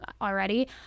already